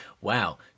wow